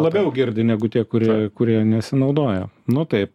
labiau girdi negu tie kurie kurie nesinaudoja nu taip